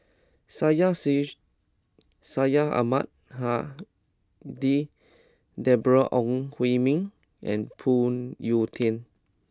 Syed Sheikh Syed Ahmad Al Hadi Deborah Ong Hui Min and Phoon Yew Tien